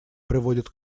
приводят